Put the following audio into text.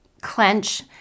clench